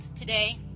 today